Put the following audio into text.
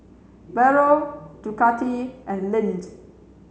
Barrel Ducati and Lindt